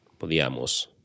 podíamos